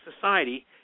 society